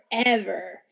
forever